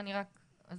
אני רק אסביר.